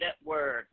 Network